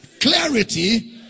clarity